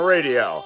Radio